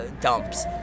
dumps